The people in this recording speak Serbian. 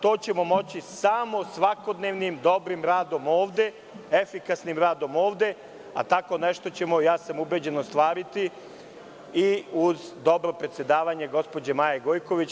To ćemo moći samo svakodnevnim dobrim radom ovde, efikasnim radom ovde, a tako nešto ćemo, ubeđen sam, ostvariti i uz dobro predsedavanje gospođe Maje Gojković.